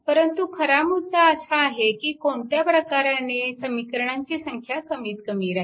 परंतु खरा मुद्दा असा आहे की कोणत्या प्रकाराने समीकरणांची संख्या कमीत कमी राहील